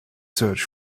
search